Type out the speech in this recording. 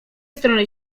strony